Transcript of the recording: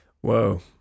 whoa